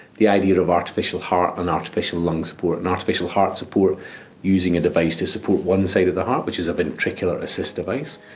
the idea of artificial heart and artificial lung support and artificial heart support using a device to support one side of the heart, which is a ventricular assist device,